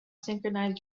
synchronized